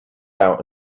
out